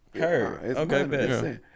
Okay